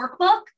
workbook